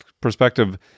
perspective